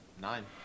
Nine